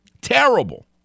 Terrible